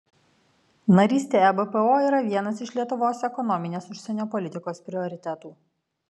narystė ebpo yra vienas iš lietuvos ekonominės užsienio politikos prioritetų